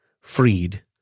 Freed